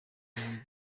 muri